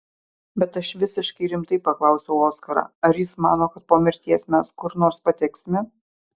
bet aš visiškai rimtai paklausiau oskarą ar jis mano kad po mirties mes kur nors pateksime